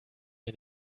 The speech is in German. mir